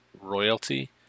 royalty